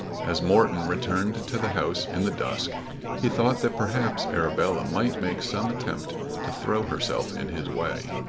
as morton returned to the house in the dusk he thought that perhaps arabella might make some attempt to throw herself in his way.